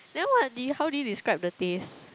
then what did you how did you describe the taste